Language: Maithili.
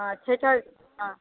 हॅं छठिक